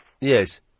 Yes